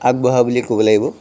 আগবঢ়া বুলিয়ে ক'ব লাগিব